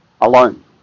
alone